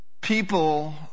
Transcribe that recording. people